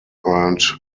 earned